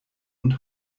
und